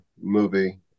movie